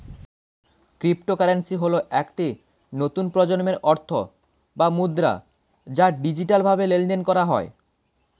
cryptocurrency হল একটি নতুন প্রজন্মের অর্থ বা মুদ্রা যা ডিজিটালভাবে লেনদেন করা হয়